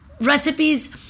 recipes